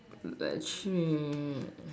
but actually